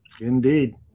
Indeed